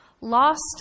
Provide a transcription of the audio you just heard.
lost